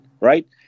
right